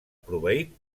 proveït